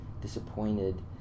disappointed